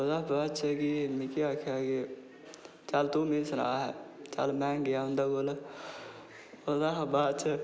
ओह्दे चा बाद च मिगी आक्खेआ कि चल तूं मिगी सनाऽ चल में गेआ उं'दे कोल ओह्दे शा बाद च